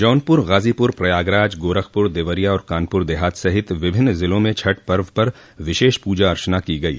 जौनपुर गाजीपुर प्रयागराज गोरखपुर देवरिया और कानपुर देहात सहित विभिन्न जिलों में छठ पर्व पर विशेष पूजा अर्चना की गयी